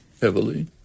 heavily